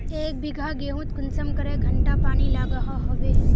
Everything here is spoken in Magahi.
एक बिगहा गेँहूत कुंसम करे घंटा पानी लागोहो होबे?